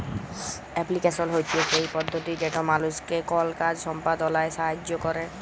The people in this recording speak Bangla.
এপ্লিক্যাশল হছে সেই পদ্ধতি যেট মালুসকে কল কাজ সম্পাদলায় সাহাইয্য ক্যরে